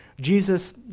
Jesus